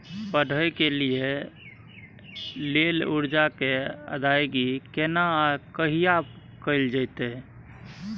पढै के लिए लेल कर्जा के अदायगी केना आ कहिया कैल जेतै?